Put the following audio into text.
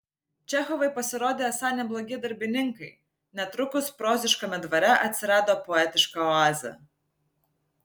čechovai pasirodė esą neblogi darbininkai netrukus proziškame dvare atsirado poetiška oazė